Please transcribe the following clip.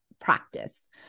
practice